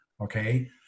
Okay